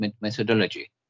methodology